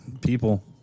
people